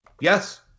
Yes